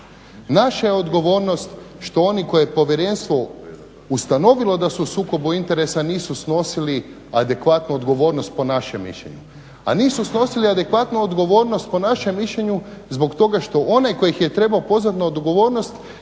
naša je odgovornost što oni koje je povjerenstvo ustanovilo da su u sukobu interesa nisu snosili adekvatnu odgovornost po našem mišljenju. A nisu snosili adekvatnu odgovornost po našem mišljenju zbog toga što onaj koji ih je trebao pozvati na odgovornost